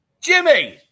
Jimmy